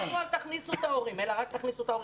אומרים לנו לא להכניס את ההורים אלא רק את ההורים